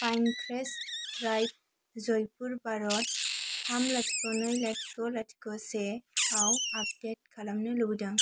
पाइन crest drive Jaipur Bharat थाम लाथिख' नै लाथिख' लाथिख' सेआव आपदेट खालामनो लुबैदों